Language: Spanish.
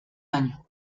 año